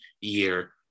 year